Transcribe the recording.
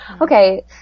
Okay